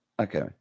Okay